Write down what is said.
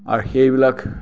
আৰু সেইবিলাক